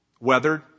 weathered